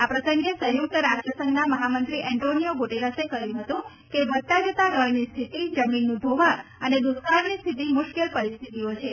આ પ્રસંગે સંયુક્ત રાષ્ટ્રસંઘના મહામંત્રી એન્ટીનિયો ગુટેરસે કહ્યું હતું કે વધતા જતા રણની સ્થિતિ જમીનનું ધોવાણ અને દુકાળની સ્થિતિ મુખ્ય મુશ્કેલીઓ છે